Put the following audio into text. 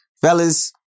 Fellas